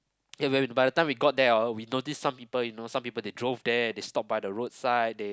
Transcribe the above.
ya when we by the time we got there orh we notice some people you know some people they drove there they stop by the road side they